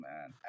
man